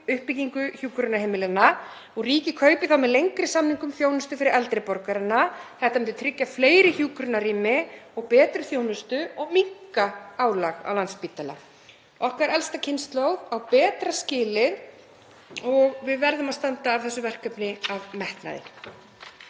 uppbyggingu hjúkrunarheimilanna og ríkið kaupi þá með lengri samningum þjónustu fyrir eldri borgarana. Þetta myndi tryggja fleiri hjúkrunarrými og betri þjónustu og minnka álag á Landspítala. Okkar elsta kynslóð á betra skilið. Við verðum að standa að þessu verkefni af metnaði.